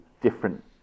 different